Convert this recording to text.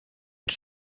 une